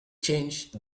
changed